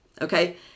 okay